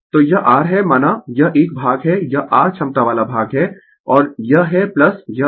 तो यह r है माना यह एक भाग है यह r क्षमता वाला भाग है और यह है यह एक